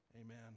Amen